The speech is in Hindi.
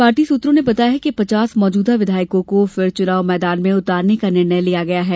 पार्टी सूत्रों ने बताया कि पचास मौजूदा विधायकों को फिर चुनाव मैदान में उतारने का निर्णय लिया गया है